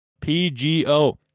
PGO